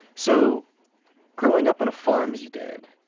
so growing up on a farm as you did,